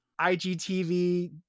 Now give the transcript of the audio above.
igtv